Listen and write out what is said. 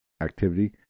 activity